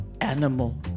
animal